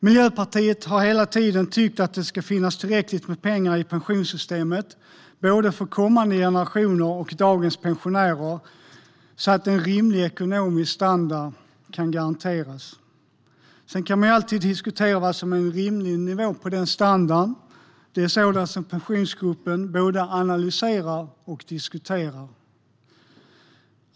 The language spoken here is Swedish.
Miljöpartiet har hela tiden tyckt att det ska finnas tillräckligt med pengar i pensionssystemet både för kommande generationer och för dagens pensionärer, så att en rimlig ekonomisk standard kan garanteras. Sedan kan man alltid diskutera vad som är en rimlig nivå på denna standard - det är sådant som Pensionsgruppen både analyserar och diskuterar.